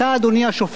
אדוני השופט,